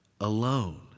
alone